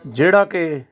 ਜਿਹੜਾ ਕਿ